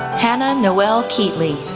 hannah noelle keatley,